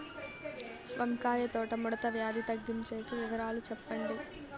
వంకాయ తోట ముడత వ్యాధి తగ్గించేకి వివరాలు చెప్పండి?